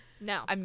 No